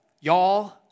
y'all